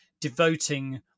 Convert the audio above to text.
devoting